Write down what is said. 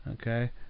Okay